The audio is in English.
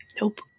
nope